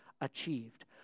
achieved